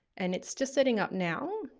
and it's just setting up now.